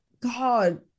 God